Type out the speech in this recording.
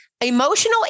Emotional